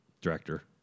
director